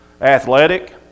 athletic